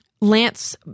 Lance